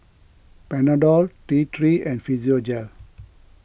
Panadol T three and Physiogel